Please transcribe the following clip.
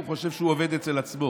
הוא חושב שהוא עובד אצל עצמו